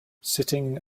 sitting